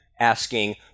asking